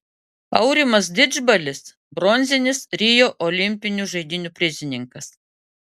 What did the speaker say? aurimas didžbalis bronzinis rio olimpinių žaidynių prizininkas